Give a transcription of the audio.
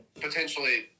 potentially